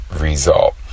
result